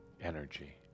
energy